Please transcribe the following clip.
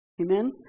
Amen